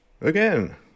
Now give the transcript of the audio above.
Again